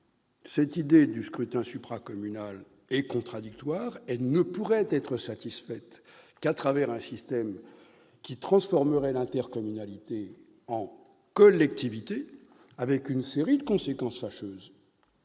L'idée du scrutin supra-communal est donc contradictoire. Elle ne pourrait être satisfaite qu'à travers un système qui transformerait l'intercommunalité en collectivité, avec une série de conséquences fâcheuses,